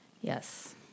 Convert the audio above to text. yes